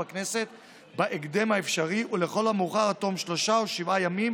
בכנסת בהקדם האפשרי ולכל המאוחר עד תום שלושה או שבעה ימים